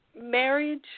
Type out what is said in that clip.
marriage